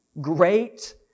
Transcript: great